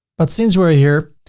but since we're ah here,